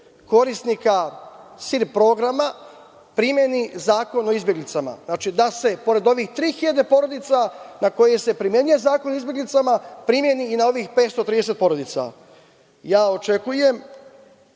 korisnika SIR programa primeni Zakon o izbeglicama, da se pored ovih 3.000 porodica, na koje se primenjuje Zakon o izbeglicama, primeni i na ovih 530 porodica. Očekujem